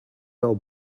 now